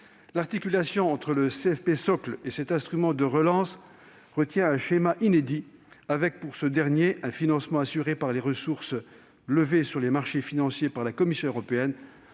L'articulation entre le CFP socle et cet instrument de relance retient un schéma inédit, avec, pour le second, un financement assuré par des ressources levées sur les marchés financiers par la Commission européenne,